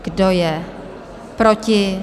Kdo je proti?